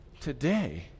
today